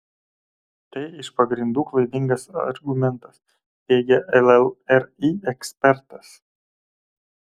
tai iš pagrindų klaidingas argumentas teigia llri ekspertas